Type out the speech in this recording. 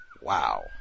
wow